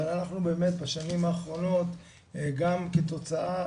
אבל אנחנו באמת בשנים האחרונות גם כתוצאה,